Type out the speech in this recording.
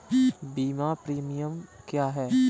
बीमा प्रीमियम क्या है?